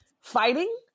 fighting